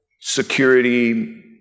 security